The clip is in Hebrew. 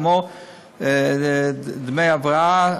כמו דמי הבראה,